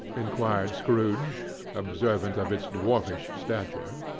inquired scrooge observant of its dwarfish stature.